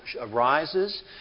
arises